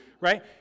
right